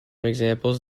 examples